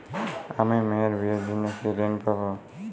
আমি মেয়ের বিয়ের জন্য কি ঋণ পাবো?